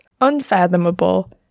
unfathomable